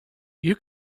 you